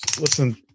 Listen